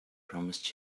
promised